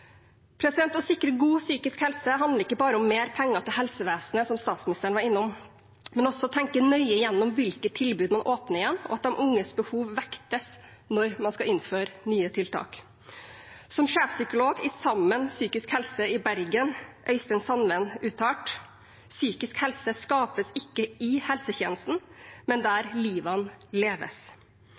Å sikre god psykisk helse handler ikke bare om mer penger til helsevesenet, som statsministeren var innom, men også om å tenke nøye gjennom hvilke tilbud man åpner igjen, og at de unges behov vektes når man skal innføre nye tiltak. Som sjefpsykolog i Sammen Psykisk Helse i Bergen, Øystein Sandven, uttalte: «Psykisk helse skapes ikke i helsetjenestene, men der livene leves.»